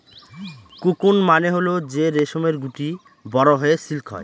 cocoon মানে হল যে রেশমের গুটি বড়ো হয়ে সিল্ক হয়